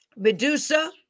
Medusa